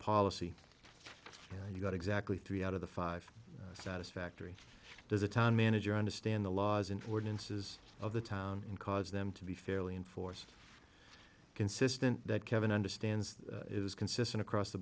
policy and you got exactly three out of the five satisfactory does a town manager understand the laws in four dances of the town and cause them to be fairly enforced consistent that kevin understands is consistent across the